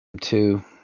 Two